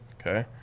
Okay